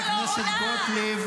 תפסיקי כבר להתקרב לדוכן כל הזמן.